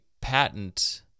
patent